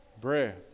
breath